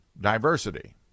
diversity